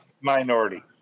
minority